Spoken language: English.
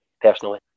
personally